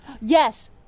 Yes